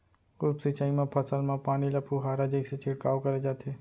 उप सिंचई म फसल म पानी ल फुहारा जइसे छिड़काव करे जाथे